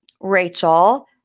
Rachel